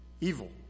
evil